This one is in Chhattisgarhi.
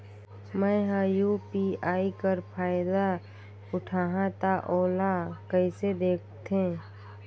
मैं ह यू.पी.आई कर फायदा उठाहा ता ओला कइसे दखथे?